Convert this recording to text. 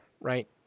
right